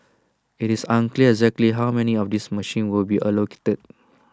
IT is unclear exactly how many of this machines will be allocated